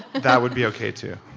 that would be okay too.